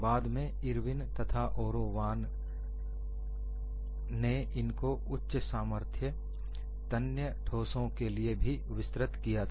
बाद में इरविन तथा ओरोवान ने इनको उच्च सामर्थ्य के तन्य ठोसों के लिए भी विस्तृत किया था